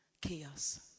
chaos